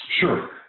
Sure